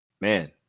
Man